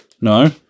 No